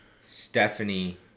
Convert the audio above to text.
Stephanie